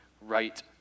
right